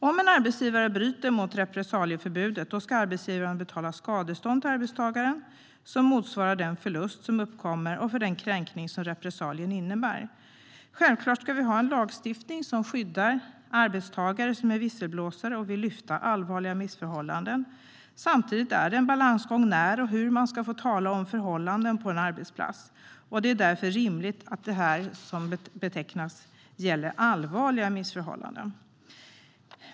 Om en arbetsgivare bryter mot repressalieförbudet ska arbetsgivaren betala skadestånd till arbetstagaren. Skadeståndet ska motsvara den förlust som uppkommer och den kränkning som repressalien innebär. Självklart ska vi ha en lagstiftning som skyddar arbetstagare som är visselblåsare och vill lyfta fram allvarliga missförhållanden. Samtidigt är det en balansgång när och hur man ska få tala om förhållanden på en arbetsplats. Det är därför rimligt att detta gäller allvarliga missförhållanden.